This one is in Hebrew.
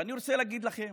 ואני רוצה להגיד לכם,